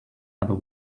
other